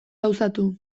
gauzatu